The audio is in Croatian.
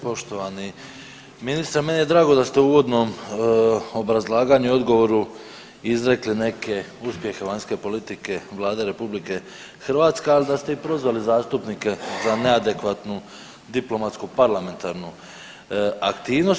Poštovani ministre meni je drago da ste u uvodnom obrazlaganju i u odgovoru izrekli neke uspjehe vanjske politike Vlade RH, ali da ste i prozvali zastupnike za neadekvatnu diplomatsku parlamentarnu aktivnost.